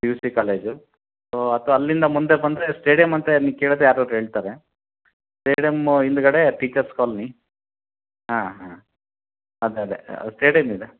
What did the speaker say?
P U C college so ಅದು ಅಲ್ಲಿಂದ ಮುಂದೆ ಬಂದರೆ ಸ್ಟೇಡಿಯಮ್ ಅಂತ ನೀವು ಕೇಳಿದ್ರೆ ಯಾರಾರು ಹೇಳ್ತಾರೆ ಸ್ಟೇಡಿಯಮ್ ಹಿಂದ್ಗಡೆ ಟೀಚರ್ಸ್ ಕಾಲೋನಿ ಹಾಂ ಹಾಂ ಅದೆ ಅದೆ ಸ್ಟೇಡಿಯಮ್ ಇದೆ